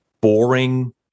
boring